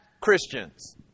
Christians